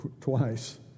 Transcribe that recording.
twice